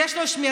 יש לו שמירה.